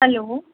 hello